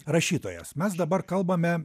rašytojas mes dabar kalbame